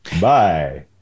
Bye